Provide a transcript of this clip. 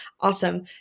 Awesome